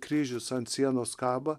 kryžius ant sienos kaba